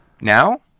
Now